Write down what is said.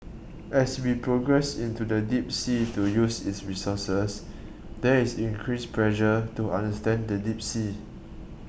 as we progress into the deep sea to use its resources there is increased pressure to understand the deep sea